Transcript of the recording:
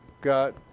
got